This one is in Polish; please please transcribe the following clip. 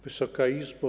Wysoka Izbo!